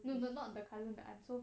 no no not the cousin the aunt so